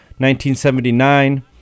1979